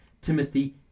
Timothy